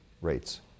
rates